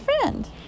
friend